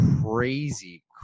crazy